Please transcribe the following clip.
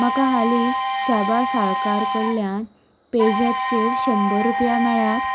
म्हाका हालींच शांबा साळकार कडल्यान पेझॅपचेर शंबर रुपया मेळ्ळ्यात